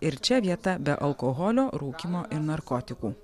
ir čia vieta be alkoholio rūkymo ir narkotikų